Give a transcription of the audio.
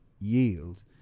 yield